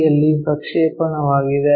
P ಯಲ್ಲಿ ಪ್ರಕ್ಷೇಪಣವಾಗಿದೆ